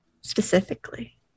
specifically